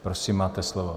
Prosím, máte slovo.